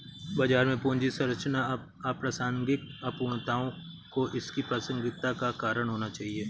बाजार में पूंजी संरचना अप्रासंगिक है, अपूर्णताओं को इसकी प्रासंगिकता का कारण होना चाहिए